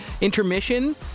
intermission